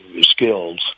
skills